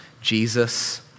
Jesus